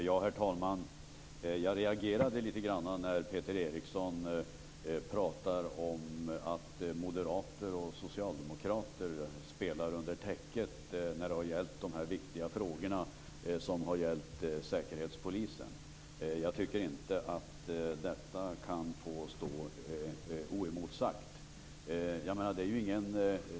Herr talman! Jag regerade litet grand när Peter Eriksson pratade om att moderater och socialdemokrater spelar under täcket när det gäller de viktiga frågorna om Säkerhetspolisen. Jag tycker inte att detta kan få stå oemotsagt.